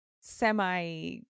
semi